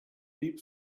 deep